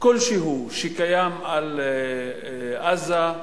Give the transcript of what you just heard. כלשהו שקיים על עזה,